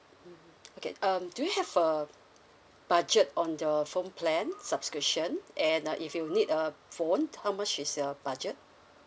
mmhmm okay um do you have a budget on your phone plan subscription and uh if you need a phone how much is your budget